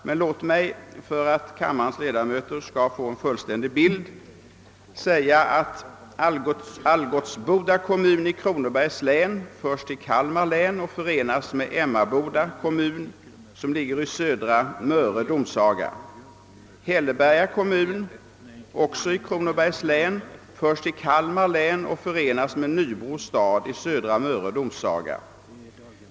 Men låt mig, för att kammarens ledamöter skall få en fullständig bild av situationen, säga att Algutsboda kommun i Kronobergs län förs till Kalmar län och förenas med Emmaboda kommun i Södra Möre domsaga. Hälleberga kommun — också i Kronobergs län — förs till Kalmar län och förenas med Nybro stad i Södra Möre domsaga.